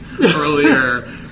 earlier